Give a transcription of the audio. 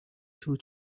two